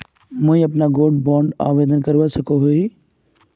मुई अपना gold bond आवेदन करवा सकोहो ही?